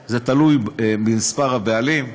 זה תלוי במספר הבעלים?